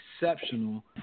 exceptional